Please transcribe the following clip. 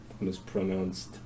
mispronounced